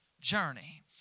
journey